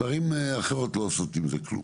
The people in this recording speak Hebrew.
וערים אחרות לא עושות פה כלום.